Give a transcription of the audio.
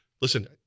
listen